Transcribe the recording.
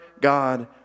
God